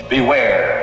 Beware